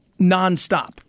nonstop